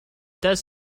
does